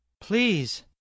please